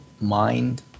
mind